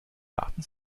daten